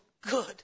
good